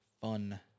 fun